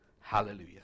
Hallelujah